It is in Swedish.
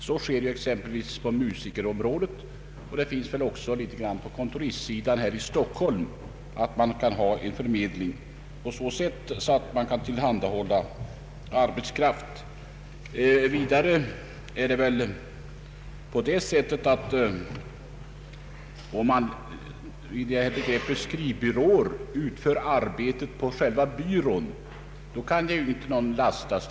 Så sker exempelvis på musikerområdet, och på kontoristsidan i Stockholm finns en sådan förmedling som kan tillhandahålla arbetskraft. Om skrivbyråerna utför arbetet på själva byrån kan heller ingen lastas.